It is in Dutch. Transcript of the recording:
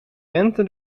rente